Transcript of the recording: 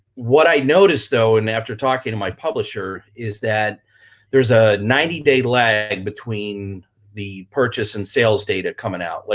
what i noticed though, and after talking to my publisher, is that there's a ninety day lag between the purchase and sales data coming out. like